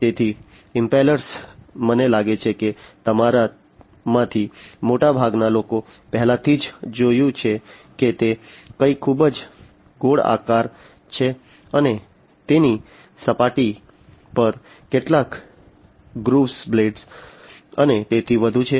તેથી ઇમ્પેલર્સ મને લાગે છે કે તમારામાંથી મોટાભાગના લોકોએ પહેલેથી જ જોયું છે કે તે કંઈક ખૂબ જ ગોળાકાર છે અને તેની સપાટી પર કેટલાક ગ્રુવ બ્લેડ અને તેથી વધુ છે